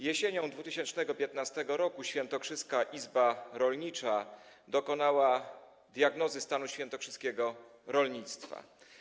Jesienią 2015 r. Świętokrzyska Izba Rolnicza dokonała diagnozy stanu świętokrzyskiego rolnictwa.